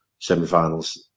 semifinals